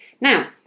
Now